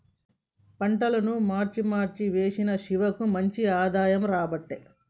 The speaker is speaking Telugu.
పంటలను మార్చి మార్చి వేశిన శివకు మంచి ఆదాయం రాబట్టే